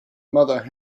mother